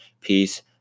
Peace